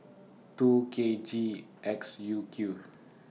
two K G X U Q